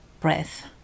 breath